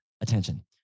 attention